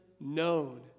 known